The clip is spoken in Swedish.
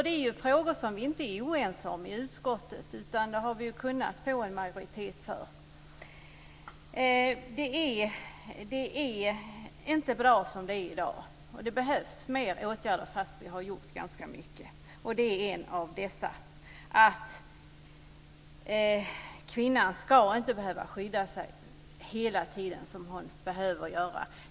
Det är frågor som vi inte är oense om i utskottet, utan vi har kunnat få en majoritet för dem. Det är inte bra som det är i dag, och det behövs fler åtgärder även om vi har gjort ganska mycket. En sak är att kvinnan inte ska behöva skydda sig hela tiden.